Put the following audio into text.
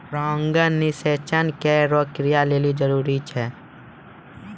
परागण निषेचन केरो क्रिया लेलि जरूरी छै